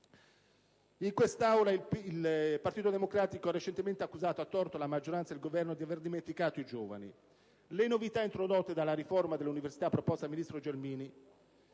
In quest'Aula il Partito Democratico ha recentemente accusato, a torto, la maggioranza e il Governo di aver dimenticato i giovani. Le novità introdotte dalla riforma dell'università proposta dal ministro Gelmini